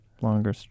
longer